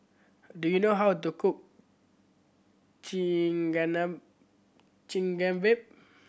do you know how to cook